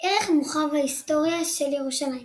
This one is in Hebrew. ערך מורחב – היסטוריה של ירושלים